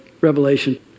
Revelation